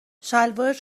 شلوارت